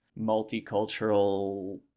multicultural